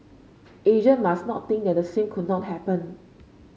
Asia must not think that the same could not happen